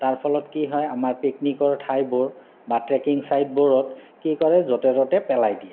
তাৰ ফলত কি হয় আমাৰ পিকনিকৰ ঠাইবোৰ বা ট্ৰেকিং ছাইটবোৰত কি কৰে য'তে ত'তে পেলাই দিয়ে